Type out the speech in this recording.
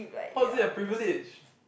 how is it a privilege